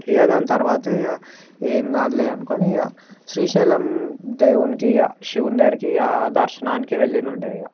ఇక దాని తరువాతే ఇక ఏం కాదులే అనుకొని ఇక శ్రీశైలం దేవునికి ఇక శివుని దగ్గరకి దర్శనానికి వెళ్ళి ఉండే ఇక